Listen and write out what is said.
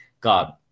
God